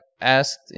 asked